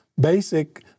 basic